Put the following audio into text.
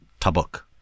Tabuk